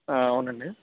అవునండి